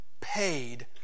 Paid